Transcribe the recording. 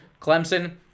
Clemson